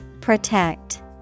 Protect